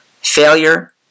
Failure